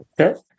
okay